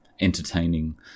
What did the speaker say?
entertaining